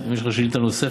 אם יש לך שאילתה נוספת,